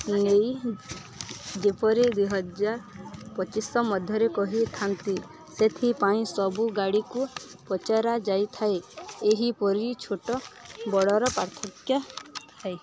ନେଇ ଯେପରି ଦୁଇହଜାର ପଚିଶିଶହ ମଧ୍ୟରେ କହିଥାନ୍ତି ସେଥିପାଇଁ ସବୁ ଗାଡ଼ିକୁ ପଚରା ଯାଇଥାଏ ଏହିପରି ଛୋଟ ବଡ଼ର ପାର୍ଥକ୍ୟ ଥାଏ